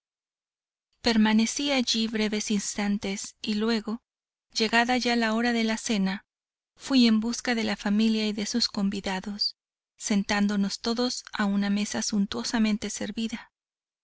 permanecí allí breves instantes y luego llegada ya la hora de la cena fui en busca de la familia y de sus convidados sentándonos todos a una mesa suntuosamente servida